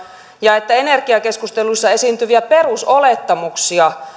ja että energiakeskusteluissa esiintyviä perusolettamuksia